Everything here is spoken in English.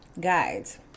guides